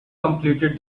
completed